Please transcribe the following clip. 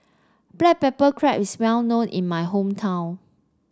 Black Pepper Crab is well known in my hometown